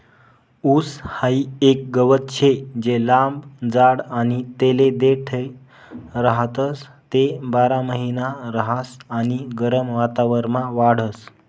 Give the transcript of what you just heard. ऊस हाई एक गवत शे जे लंब जाड आणि तेले देठ राहतस, ते बारामहिना रहास आणि गरम वातावरणमा वाढस